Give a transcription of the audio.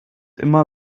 immer